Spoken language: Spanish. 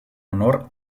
honor